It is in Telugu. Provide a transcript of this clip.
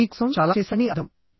నేను మీ కోసం చాలా చేశానని అర్థం